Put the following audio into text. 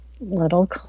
Little